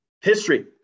history